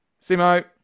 Simo